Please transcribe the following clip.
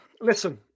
Listen